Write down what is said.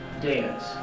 dance